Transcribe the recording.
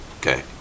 okay